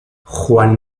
juan